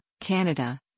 Canada